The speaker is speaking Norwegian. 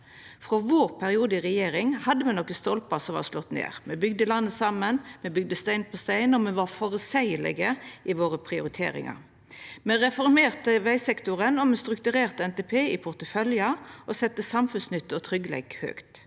Frå vår periode i regjering hadde me nokre stolpar som var slått ned. Me bygde landet saman, me bygde stein på stein, og me var føreseielege i våre prioriteringar. Me reformerte vegsektoren, me strukturerte NTP i porteføljar, og me sette samfunnsnytte og tryggleik høgt.